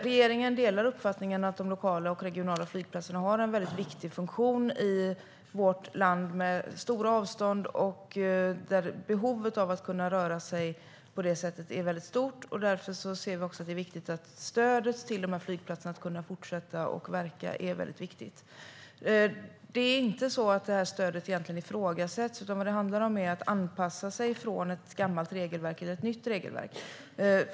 Regeringen delar uppfattningen att de lokala och regionala flygplatserna har en mycket viktig funktion i vårt land som har stora avstånd och där behovet av att kunna röra sig är mycket stort. Därför anser vi att det är viktigt med stödet till dessa flygplatser, så att de ska kunna fortsätta att verka. Detta stöd ifrågasätts egentligen inte. Vad det handlar om är att anpassa sig till ett nytt regelverk.